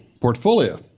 portfolio